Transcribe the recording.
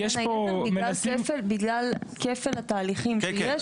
בגלל כפל התהליכים שיש,